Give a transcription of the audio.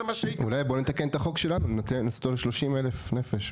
אולי נתקן את החוק שלנו, נכתוב 30,000 נפש.